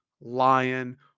Lion